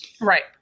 Right